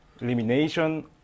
elimination